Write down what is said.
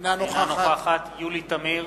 אינה נוכחת יולי תמיר,